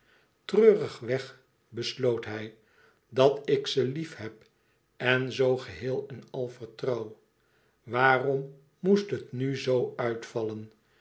worden treurig weg besloot hij dat ik ze liefheb en ze zoo geheel en al vertrouw waarom moest het nu zoo uitvallen